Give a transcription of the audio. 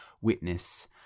witness